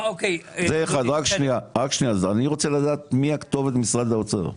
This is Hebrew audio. אני רוצה לדעת מי הכתובת במשרד האוצר.